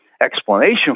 explanation